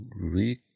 read